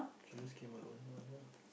should just came alone not here